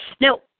Now